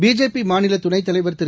பிஜேபிமாநிலதுணைத் தலைவர் திரு